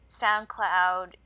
soundcloud